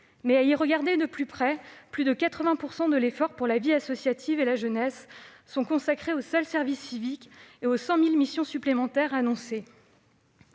Mais, à y regarder de plus près, plus de 80 % de l'effort pour la vie associative et la jeunesse est consacré au seul service civique et aux 100 000 missions supplémentaires annoncées.